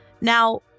Now